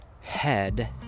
head